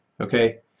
okay